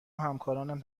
همکارانم